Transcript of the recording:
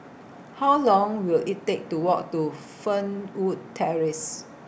How Long Will IT Take to Walk to Fernwood Terrace